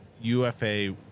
UFA